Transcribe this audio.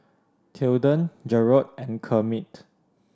Tilden Garold and Kermit